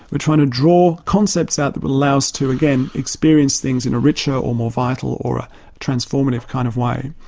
we're trying to draw concepts out that will allow us to again, experience things in a richer, or more vital, or ah transformative kind of way.